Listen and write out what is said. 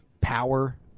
power